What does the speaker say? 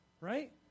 Right